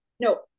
No